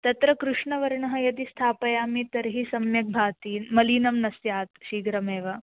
तत्र कृष्णवर्णः यदि स्थापयामि तर्हि सम्यक् भाति मलिनं न स्यात् शीघ्रमेव